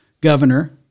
governor